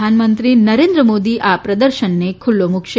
પ્રધાનમંત્રી નરેન્દ્ર મોદી આ પ્રદર્શનની ખુલ્લુ મુકશે